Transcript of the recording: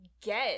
get